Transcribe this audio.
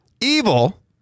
Evil